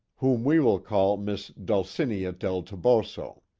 whom we will call miss dulcinea del toboso.